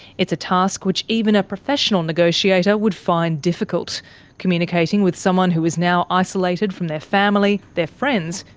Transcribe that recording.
it's a task which even a professional negotiator would find difficult communicating with someone who is now isolated from their family, their friends,